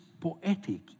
poetic